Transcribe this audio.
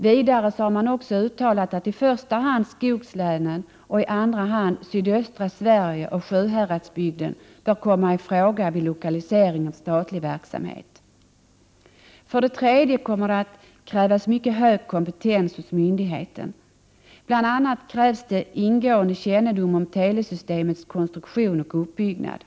Vidare har man också uttalat att i första hand skogslänen och i andra hand sydöstra Sverige och Sjuhäradsbygden skall komma i fråga vid lokalisering av statlig verksamhet. För det tredje kommer det att krävas mycket hög kompetens hos myndigheten. Det krävs bl.a. ingående kännedom om telesystemets konstruktion och uppbyggnad.